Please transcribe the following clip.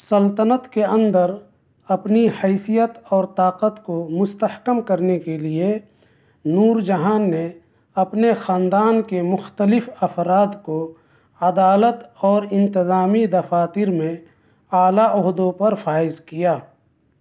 سلطنت کے اندر اپنی حیثیت اور طاقت کو مستحکم کرنے کے لیے نور جہاں نے اپنے خاندان کے مختلف افراد کو عدالت اور انتظامی دفاتر میں اعلیٰ عہدوں پر فائز کیا